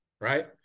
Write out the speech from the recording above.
right